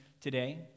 today